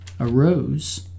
arose